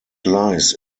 lies